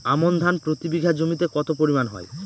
আমন ধান প্রতি বিঘা জমিতে কতো পরিমাণ হয়?